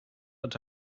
het